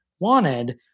wanted